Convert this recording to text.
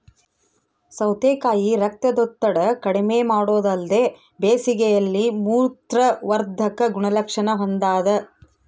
ಸೌತೆಕಾಯಿ ರಕ್ತದೊತ್ತಡ ಕಡಿಮೆಮಾಡೊದಲ್ದೆ ಬೇಸಿಗೆಯಲ್ಲಿ ಮೂತ್ರವರ್ಧಕ ಗುಣಲಕ್ಷಣ ಹೊಂದಾದ